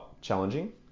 challenging